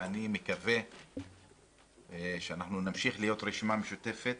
שאני מקווה שאנחנו נמשיך להיות רשימה משותפת